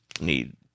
need